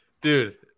dude